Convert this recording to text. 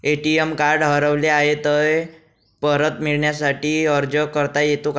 ATM card हरवले आहे, ते परत मिळण्यासाठी अर्ज करता येतो का?